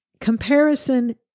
Comparison